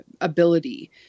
ability